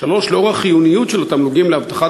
3. לאור החיוניות של התמלוגים להבטחת